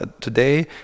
today